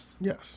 Yes